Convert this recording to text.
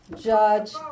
Judge